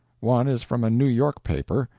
one is from a new york paper,